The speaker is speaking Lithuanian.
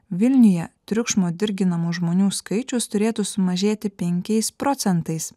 vilniuje triukšmo dirginamų žmonių skaičius turėtų sumažėti penkiais procentais